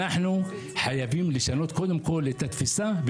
אנחנו חייבים לשנות קודם כול את התפיסה,